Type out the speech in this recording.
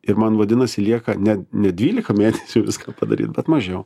ir man vadinasi lieka ne ne dvylika mėnesių viską padaryt bet mažiau